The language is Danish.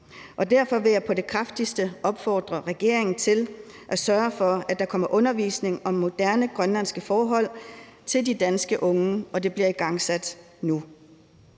Derfor vil jeg på det kraftigste opfordre regeringen til at sørge for, at der kommer undervisning om moderne grønlandske forhold til de danske unge, og at det bliver igangsat nu.